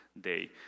day